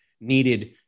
needed